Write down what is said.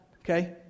okay